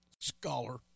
scholar